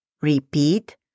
Repeat